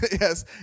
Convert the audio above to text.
yes